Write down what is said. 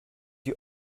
die